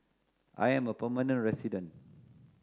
I am a permanent resident